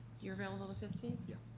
you're available the fifteen? yeah.